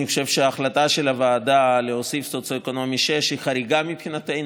אני חושב שהחלטה של הוועדה להוסיף סוציו-אקונומי 6 היא חריגה מבחינתנו.